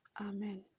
Amen